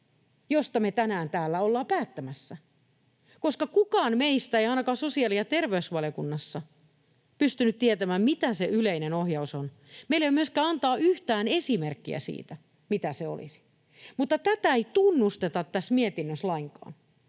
josta me tänään täällä ollaan päättämässä. Kukaan meistä ei ainakaan sosiaali‑ ja terveysvaliokunnassa pystynyt tietämään, mitä se yleinen ohjaus on. Meillä ei ole myöskään antaa yhtään esimerkkiä siitä, mitä se olisi. Mutta tätä ei tunnusteta tässä mietinnössä lainkaan,